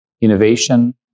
Innovation